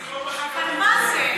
אבל מה זה?